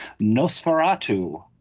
Nosferatu